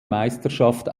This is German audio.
meisterschaft